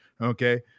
Okay